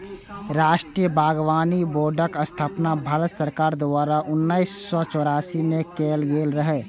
राष्ट्रीय बागबानी बोर्डक स्थापना भारत सरकार द्वारा उन्नैस सय चौरासी मे कैल गेल रहै